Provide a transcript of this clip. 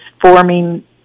forming